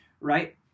right